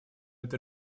это